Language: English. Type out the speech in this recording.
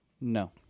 No